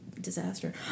disaster